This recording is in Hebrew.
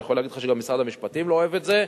אני יכול להגיד לך שגם משרד המשפטים לא אוהב את זה,